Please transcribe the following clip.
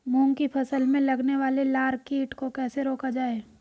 मूंग की फसल में लगने वाले लार कीट को कैसे रोका जाए?